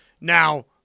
Now